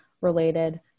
related